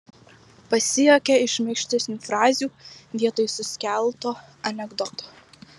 pasijuokia iš šmaikštesnių frazių vietoj suskelto anekdoto